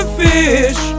fish